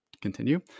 continue